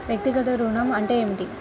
వ్యక్తిగత ఋణం అంటే ఏమిటి?